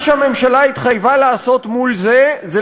מה שהממשלה התחייבה לעשות מול זה היה